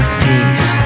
peace